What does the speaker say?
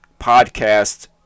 podcast